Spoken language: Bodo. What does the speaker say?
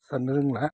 सारनो रोंला